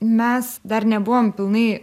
mes dar nebuvom pilnai